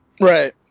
Right